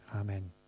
Amen